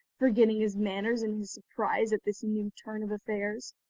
forgetting his manners in his surprise at this new turn of affairs.